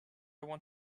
want